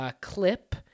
clip